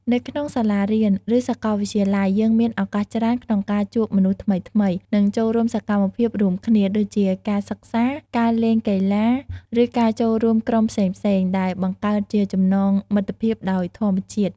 នៅក្នុងសាលារៀន ឬសាកលវិទ្យាល័យ យើងមានឱកាសច្រើនក្នុងការជួបមនុស្សថ្មីៗ និងចូលរួមសកម្មភាពរួមគ្នា ដូចជាការសិក្សា ការលេងកីឡា ឬការចូលរួមក្រុមផ្សេងៗ ដែលបង្កើតជាចំណងមិត្តភាពដោយធម្មជាតិ។